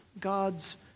God's